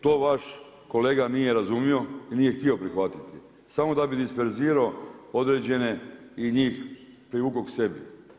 To vaš kolega nije razumio i nije htio prihvatiti samo da bi disperzirao određene i njih privukao sebi.